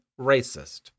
racist